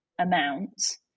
Amounts